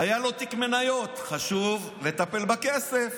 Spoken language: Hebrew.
היה לו תיק מניות, חשוב לטפל בכסף.